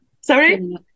Sorry